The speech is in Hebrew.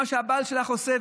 מה שהבעל שלך עושה.